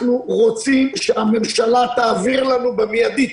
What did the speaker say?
רוצים שהממשלה תעביר לנו באופן מידי.